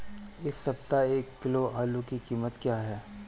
इस सप्ताह एक किलो आलू की कीमत क्या है?